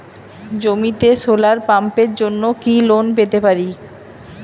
জমিতে সোলার পাম্পের জন্য কি লোন পেতে পারি?